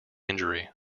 injury